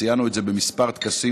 ציינו את זה בכמה טקסים,